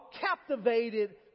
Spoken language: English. captivated